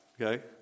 okay